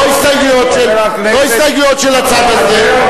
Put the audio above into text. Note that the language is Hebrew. לא הסתייגויות של הצד הזה,